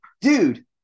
dude